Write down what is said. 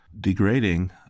degrading